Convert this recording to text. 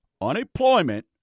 unemployment